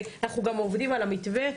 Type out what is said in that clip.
אנחנו גם עובדים על המתווה,